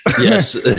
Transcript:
Yes